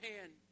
hand